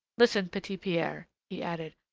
listen, petit-pierre, he added,